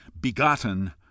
begotten